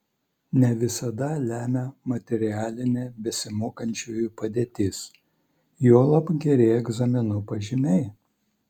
ne visada lemia materialinė besimokančiųjų padėtis juolab geri egzaminų pažymiai